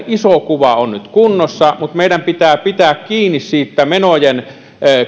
iso kuva on nyt kunnossa mutta meidän pitää pitää kiinni siitä menojen